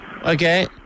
Okay